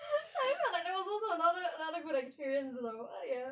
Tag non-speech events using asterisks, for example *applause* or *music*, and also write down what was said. *laughs* like I felt there was also another another good experience though ah ya